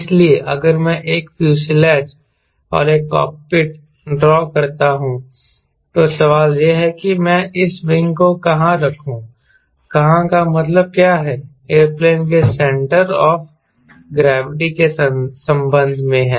इसलिए अगर मैं एक फ्यूज़लेज और एक कॉकपिट ड्रॉ करता हूं तो सवाल यह है कि मैं इस विंग को कहां रखूं कहां का मतलब क्या है एयरप्लेन के सेंटर ऑफ ग्रेविटी के संबंध में है